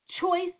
choice